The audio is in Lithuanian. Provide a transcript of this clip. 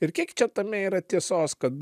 ir kiek čia tame yra tiesos kad